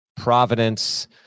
Providence